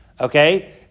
Okay